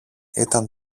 ήταν